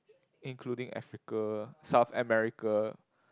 including Africa South America